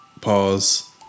pause